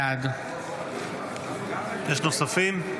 בעד יש נוספים?